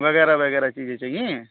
वग़ैरह वग़ैरह चीज़ें चाहिए